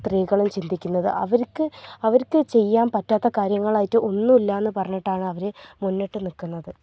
സ്ത്രീകളും ചിന്തിക്കുന്നത് അവർക്ക് അവർക്ക് ചെയ്യാൻ പറ്റാത്ത കാര്യങ്ങളായിട്ട് ഒന്നും ഇല്ല എന്ന് പറഞ്ഞിട്ടാണ് അവർ മുന്നിട്ട് നിൽക്കുന്നത്